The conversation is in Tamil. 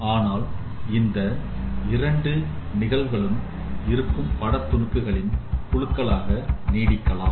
ஆனால் இந்த இரண்டு நிலைகளும் இருக்கும் பட துணுக்குகளின் குழுக்களாக நீடிக்கலாம்